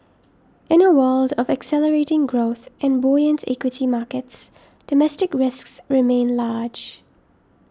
in a world of accelerating growth and buoyant equity markets domestic risks remain large